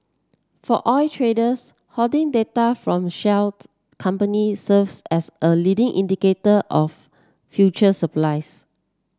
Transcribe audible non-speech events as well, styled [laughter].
for oil traders hedging data from shale [unintelligible] companies serves as a leading indicator of future supplies